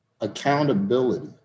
accountability